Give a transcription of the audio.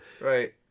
Right